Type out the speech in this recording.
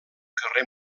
carrer